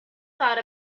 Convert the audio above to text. thought